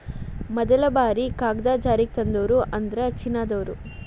ಮದಲ ಬಾರಿ ಕಾಗದಾ ಜಾರಿಗೆ ತಂದೋರ ಅಂದ್ರ ಚೇನಾದಾರ